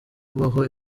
kubaho